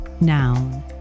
noun